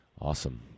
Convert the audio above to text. awesome